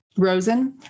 Rosen